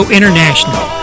International